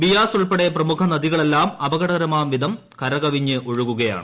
ബിയാസ് ഉൾപ്പെടെ പ്രമുഖ നദികളെല്ലാം അപകടകരമാം വിധം കരകവിഞ്ഞു ഒഴുകുകയാണ്